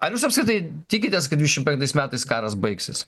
ar jūs apskritai tikitės kad dvidešimt penktais metais karas baigsis